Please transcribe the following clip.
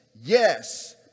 yes